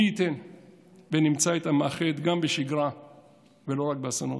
מי ייתן ונמצא את המאחד גם בשגרה ולא רק באסונות.